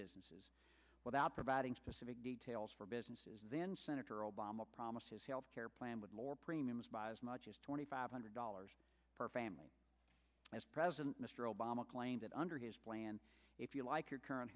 businesses without providing specific details for businesses then senator obama promised his health care plan with more premiums by as much as twenty five hundred dollars per family as president mr obama claimed that under his plan if you like your current